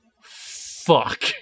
fuck